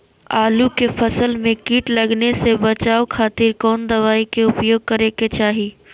आलू के फसल में कीट लगने से बचावे खातिर कौन दवाई के उपयोग करे के चाही?